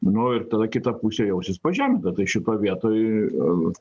nu ir tada kita pusė jausis pažeminta tai šitoj vietoj